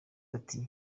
ati